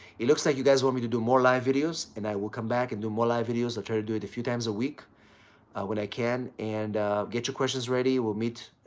it looks like you guys want me to do more live videos and i will come back and do more live videos. i'll try to do it a few times a week when i can. and get your questions ready. we'll meet,